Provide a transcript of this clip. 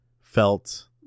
felt